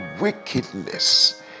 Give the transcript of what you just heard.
wickedness